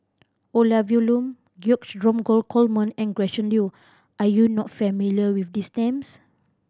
Olivia Lum George Dromgold Coleman and Gretchen Liu are you not familiar with these names